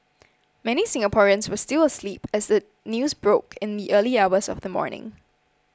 many Singaporeans were still asleep as the news broke in the early hours of the morning